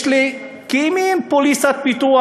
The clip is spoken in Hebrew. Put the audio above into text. יש לי מעין פוליסת ביטוח: